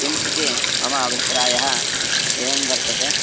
किम् इति मम अभिप्रायः एवं वर्तते